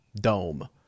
dome